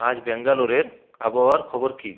আজ ব্যাঙ্গালোরের আবহাওয়ার খবর কী